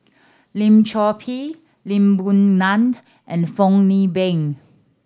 Lim Chor Pee Lee Boon Ngan and Fong Hoe Beng